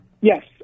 Yes